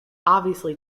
obviously